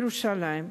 ירושלים.